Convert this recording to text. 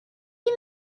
you